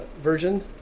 version